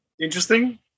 interesting